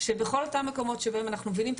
שבכל אותם מקומות שבהם אנחנו מבינים את